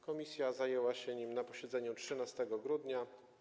Komisja zajęła się nim na posiedzeniu 13 grudnia.